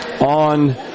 on